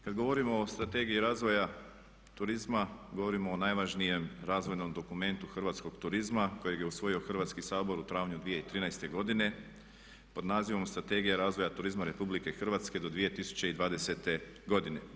Kada govorimo o Strategiji razvoja turizma, govorim o najvažnijem razvojnom dokumentu hrvatskog turizma kojeg je usvojio Hrvatski sabor u travnju 2013. godine po nazivom Strategija razvoja turizma RH do 2020. godine.